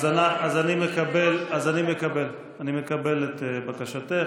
אז אני מקבל את בקשתך,